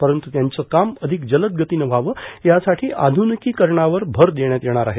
परंतु त्यांचे काम अधिक जलदगतीनं व्हावं यासाठी आध्रनिकिकरणावर भर देण्यात येणार आहे